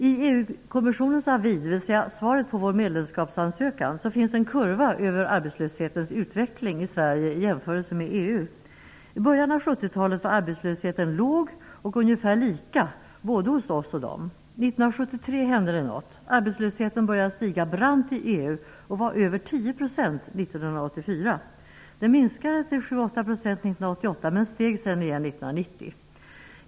I EU-kommissionens avi, dvs. svaret på vår medlemskapsansökan, finns en kurva över arbetslöshetens utveckling i Sverige i jämförelse med EU. I början av 70-talet var arbetslösheten låg och ungefär lika både hos oss och hos dem. 1973 hände det något. Arbetslösheten började stiga brant i EU och var över 10 % 1984. Den minskade till 7--8 % 1988, men steg sedan igen 1990.